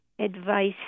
advice